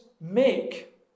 make